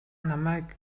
намайг